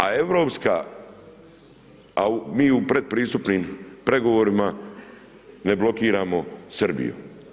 A europska, a mi u pretpristupnim pregovorima, ne blokiramo Srbiju.